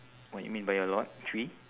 what you mean by a lot three